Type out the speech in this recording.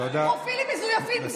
פרופילים מזויפים,